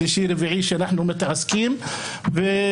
שלישי ורביעי שאנחנו מתעסקים בחקיקה.